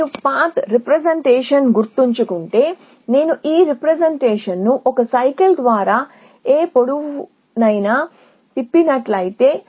కాబట్టి మీరు పాత్ రీ ప్రెజెంటేషన్లో గుర్తుంచుకుంటే నేను ఈ రీ ప్రెజెంటేషన్ను ఒక చక్రం ద్వారా ఏ పొడవునైనా తిప్పినట్లయితే